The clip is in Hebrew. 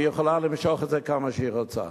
והיא יכולה למשוך את זה כמה שהיא רוצה.